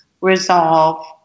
resolve